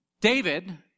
David